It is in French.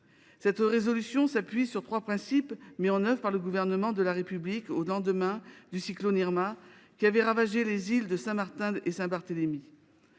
Cette résolution s’appuie sur trois principes mis en œuvre par le Gouvernement de la République au lendemain du cyclone Irma, qui avait ravagé les îles de Saint Martin et de Saint Barthélemy